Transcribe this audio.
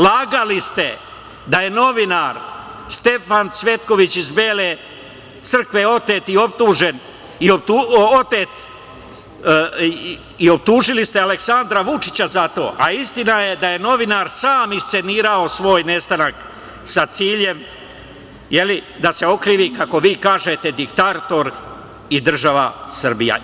Lagali ste da je novinar Stefan Cvetković iz Bele Crkve otet i optužili ste Aleksandra Vučića za to, a istina je da je novinar sam iscenirao svoj nestanak sa ciljem da se okrivi, kako vi kažete, diktator i država Srbija.